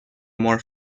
more